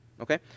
Okay